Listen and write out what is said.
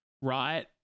right